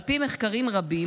על פי מחקרים רבים,